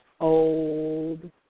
Old